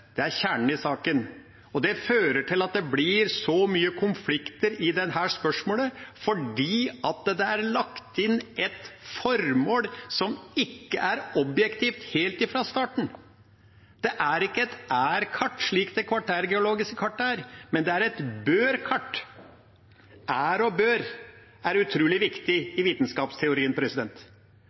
fører til at det blir så mye konflikt i dette spørsmålet, fordi det er lagt inn et formål som ikke er objektivt helt fra starten. Det er ikke et «er-kart», slik det kvartærgeologiske kartet er, men det er et «bør-kart». «Er» og «bør» er utrolig viktig i vitenskapsteorien.